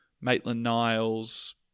Maitland-Niles